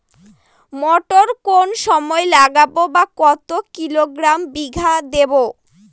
মটর কোন সময় লাগাবো বা কতো কিলোগ্রাম বিঘা দেবো?